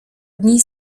dni